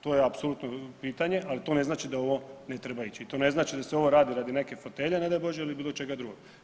To je apsolutno pitanje, ali to ne znači da u ovo ne treba ići i to ne znači da se ovo radi radi neke fotelje ne daj Bože ili bilo čega drugoga.